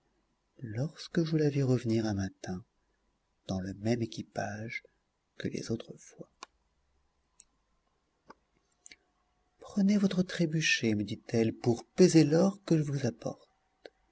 lorsque je la vis revenir un matin dans le même équipage que les autres fois prenez votre trébuchet me dit-elle pour peser l'or que je vous apporte